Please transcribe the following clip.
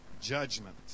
judgment